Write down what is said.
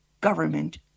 government